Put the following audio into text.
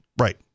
Right